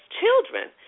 children